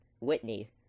Whitney